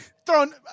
Throwing